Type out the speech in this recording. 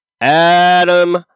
Adam